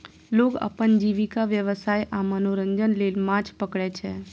लोग अपन जीविका, व्यवसाय आ मनोरंजन लेल माछ पकड़ै छै